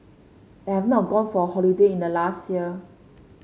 and I have not gone for a holiday in the last year